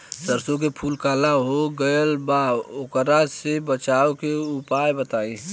सरसों के फूल काला हो गएल बा वोकरा से बचाव के उपाय बताई?